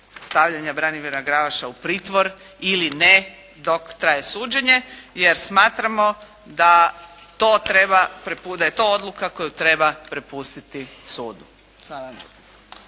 stavljanja Branimira Glavaša u pritvor ili ne dok traje suđenje, jer smatramo da to treba, da je to odluka koju treba prepustiti sudu.